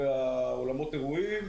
שלנו.